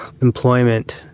employment